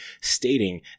stating